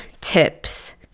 tips